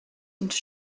into